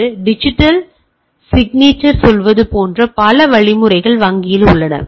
எனவே டிஜிட்டல் சிக்நேசற்குச் செல்வது போன்ற பல்வேறு வழிமுறைகள் வங்கியில் உள்ளன